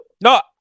No